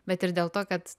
bet ir dėl to kad